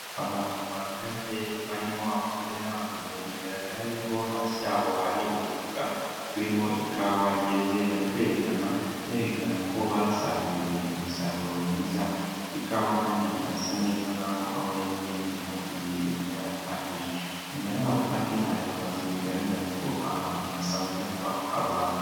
Abantu bahagaze barimo abagore n'abagabo, bigaragara yuko hasi yabo hari udufuka turimo ikawa yeze bari kwerekana, berekana ko basaruye umusaruro mwiza, ikawa kandi irasa neza nk'aho aho yari ihinze haguye imvura ihagije, inyuma yabo kandi hari amazu bigaragara ko aha hantu hasanzwe haba abantu.